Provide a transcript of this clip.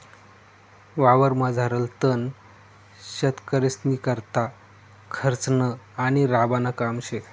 वावरमझारलं तण शेतकरीस्नीकरता खर्चनं आणि राबानं काम शे